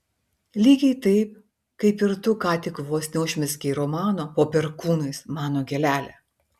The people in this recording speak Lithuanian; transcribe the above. lygiai taip kaip ir tu ką tik vos neužmezgei romano po perkūnais mano gėlele